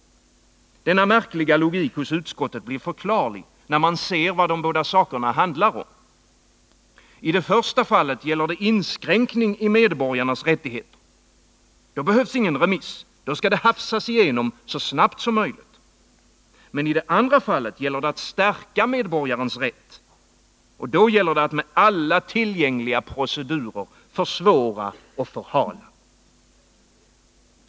Denna märkliga logik hos utskottet blir förklarlig, när man ser vad de båda sakerna handlar om. I det första fallet gäller det inskränkningar i medborgarnas rättigheter. Då behövs ingen remiss, då skall det hafsas igenom så snabbt som möjligt. I det andra fallet gäller det att stärka medborgarens rätt. Då gäller det att med alla tillgängliga procedurer försvåra och förhala.